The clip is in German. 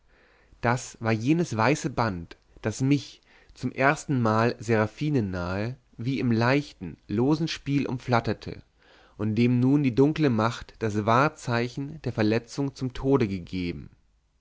das war jenes weiße band das mich zum erstenmal seraphinen nahe wie im leichten losen spiel umflatterte und dem nun die dunkle macht das wahrzeichen der verletzung zum tode gegeben